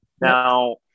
Now